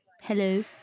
Hello